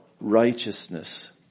righteousness